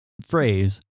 phrase